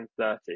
130